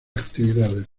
actividades